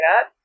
up